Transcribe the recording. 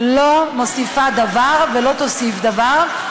לא מוסיפה דבר ולא תוסיף דבר,